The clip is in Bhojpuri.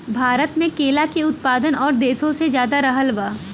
भारत मे केला के उत्पादन और देशो से ज्यादा रहल बा